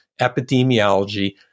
epidemiology